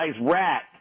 rat